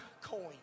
coin